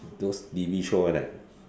those T_V show one ah